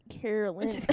Carolyn